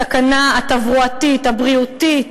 הסכנה התברואתית, הבריאותית,